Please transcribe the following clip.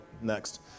next